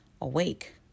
awake